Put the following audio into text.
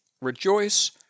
rejoice